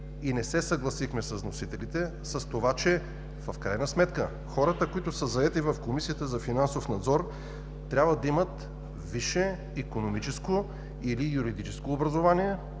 и не се съгласихме с вносителите, че хората, които са заети в Комисията за финансов надзор трябва да имат висше икономическо или юридическо образование.